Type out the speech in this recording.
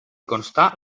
constar